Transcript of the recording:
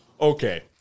Okay